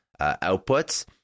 outputs